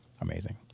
amazing